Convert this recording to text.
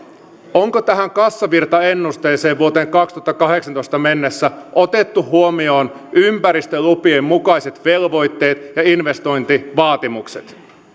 onko tähän kassavirtaennusteeseen vuoteen kaksituhattakahdeksantoista mennessä otettu huomioon ympäristölupien mukaiset velvoitteet ja investointivaatimukset